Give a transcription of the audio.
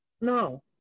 no